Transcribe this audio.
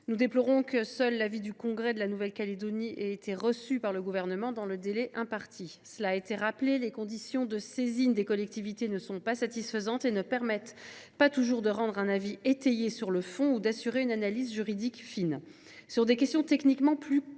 nous déplorons que seul l’avis du Congrès de la Nouvelle Calédonie ait été reçu par le Gouvernement dans le délai imparti. Cela a été rappelé : les conditions de saisine des collectivités ne sont pas satisfaisantes et ne permettent pas toujours de rendre un avis étayé sur le fond ni d’assurer une analyse juridique fine.